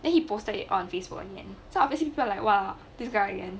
then he posted it on facebook again so obviously people like !wah! this guy again